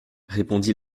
répondit